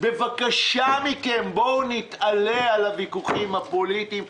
בבקשה מכם, בואו נתעלה מעל הוויכוחים הפוליטיים.